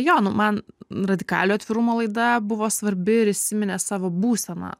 jo nu man radikaliojo atvirumo laida buvo svarbi ir įsiminė savo būsena